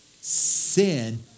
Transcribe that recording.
sin